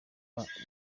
muzika